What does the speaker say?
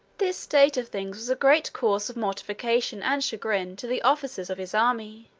this state of things was a great cause of mortification and chagrin to the officers of his army.